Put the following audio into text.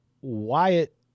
Wyatt